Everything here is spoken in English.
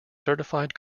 certified